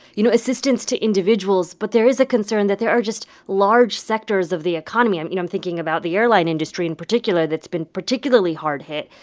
you know, assistance to individuals. but there is a concern that there are just large sectors of the economy you know, i'm thinking about the airline industry in particular that's been particularly hard-hit.